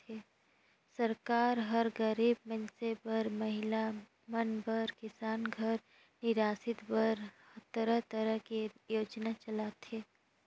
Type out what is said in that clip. सरकार हर गरीब मइनसे बर, महिला मन बर, किसान घर निरासित बर तरह तरह के योजना चलाथे